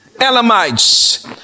Elamites